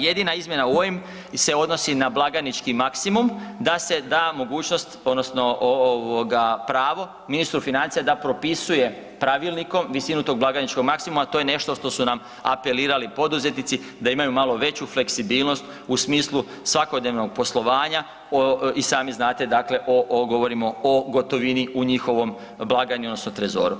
Jedina izmjena u ovim se odnosi na blagajnički maksimum, da se da mogućnost, odnosno pravo ministru financija da propisuje pravilnikom visinu tog blagajničkog maksimuma, a to je nešto što su nam apelirali poduzetnici, da imaju malo veću fleksibilnost u smislu svakodnevnog poslovanja, i sami znate dakle, govorimo o gotovini u njihovom blagajni odnosno trezoru.